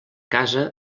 casa